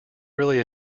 really